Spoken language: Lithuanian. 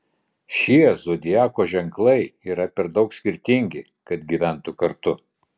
šie zodiako ženklai yra per daug skirtingi kad gyventų kartu